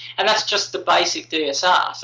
and that's just the basic dsr,